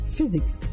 Physics